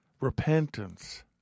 Repentance